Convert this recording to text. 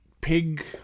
pig